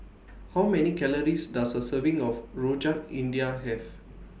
How Many Calories Does A Serving of Rojak India Have